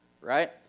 right